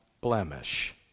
blemish